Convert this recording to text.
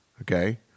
okay